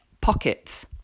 pockets